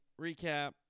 recap